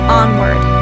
onward